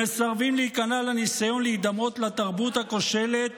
הם מסרבים להיכנע לניסיון להידמות לתרבות הכושלת